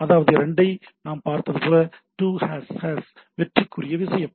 அதாவது 2 ஐ நாம் பார்த்தது போல் 2 வெற்றிக்குரிய விஷயம்